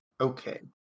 Okay